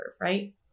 Right